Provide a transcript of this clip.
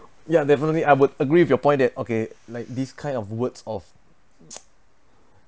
ya definitely I would agree with your point that okay like this kind of words of